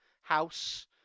house